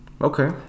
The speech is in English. okay